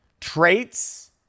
traits